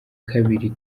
kabiri